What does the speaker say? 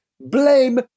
blame